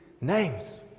names